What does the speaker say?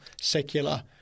secular